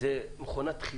אלא מכונת דחיסה,